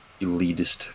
elitist